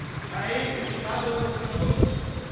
chayaid chabal sabilski.